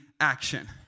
action